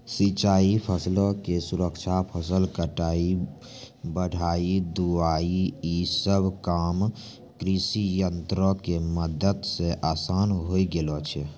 सिंचाई, फसलो के सुरक्षा, फसल कटाई, मढ़ाई, ढुलाई इ सभ काम कृषियंत्रो के मदत से असान होय गेलो छै